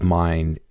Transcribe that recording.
mind